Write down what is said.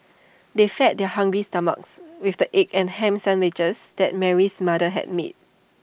they fed their hungry stomachs with the egg and Ham Sandwiches that Mary's mother had made